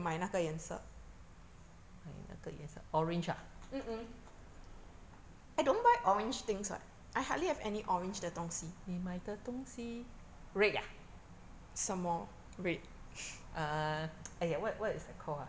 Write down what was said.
买那个颜色 orange 啊你买的东西 red 啊 err !aiya! what what is that called ah